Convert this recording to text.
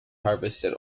harvested